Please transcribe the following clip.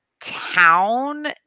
town